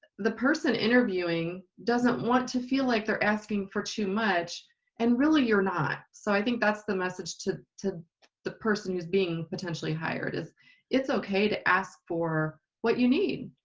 the person interviewing doesn't want to feel like they're asking for too much and really you're not so i think that's the message to to the person who's being potentially hired, is it's okay to ask for what you need.